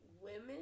women